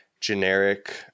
generic